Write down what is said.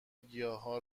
گیاها